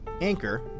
Anchor